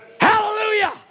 Hallelujah